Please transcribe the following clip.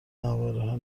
نوارها